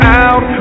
out